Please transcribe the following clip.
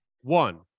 One